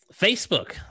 Facebook